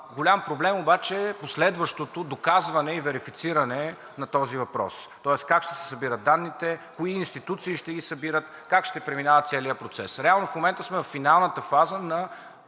голям проблем обаче е последващото доказване и верифициране на този въпрос: как ще се събират данните, кои институции ще ги събират, как ще преминава целият процес? Реално в момента сме във финалната фаза на